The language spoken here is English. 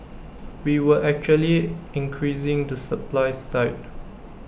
we were actually increasing the supply side